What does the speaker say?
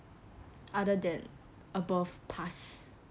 other than above pass